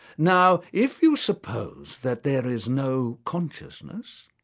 now if you suppose that there is no consciousness,